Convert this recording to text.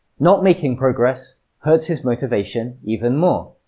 not making progress hurts his motivation even more.